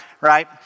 right